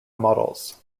models